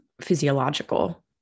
physiological